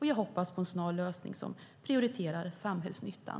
Jag hoppas på en snar lösning som prioriterar samhällsnyttan.